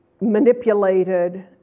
manipulated